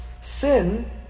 Sin